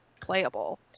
playable